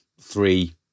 three